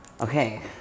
Okay